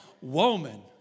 woman